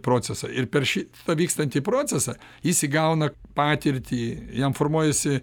procesą ir per šį vykstantį procesą jis įgauna patirtį jam formuojasi